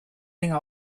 länger